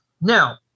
now